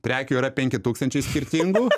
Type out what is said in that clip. prekių yra penki tūkstančiai skirtingų